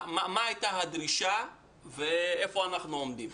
מה היתה הדרישה ואיפה אנחנו עומדים?